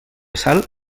sal